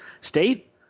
state